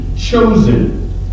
chosen